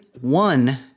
one